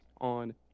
on